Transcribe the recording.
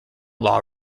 law